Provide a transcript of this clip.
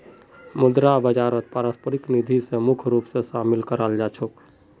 मुद्रा बाजारत पारस्परिक निधि स मुख्य रूप स शामिल कराल जा छेक